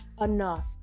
enough